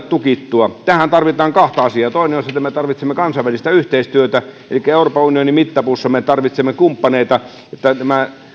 tukittua tähän tarvitaan kahta asiaa toinen on se että me tarvitsemme kansainvälistä yhteistyötä elikkä euroopan unionin mittapuussa me tarvitsemme kumppaneita että nämä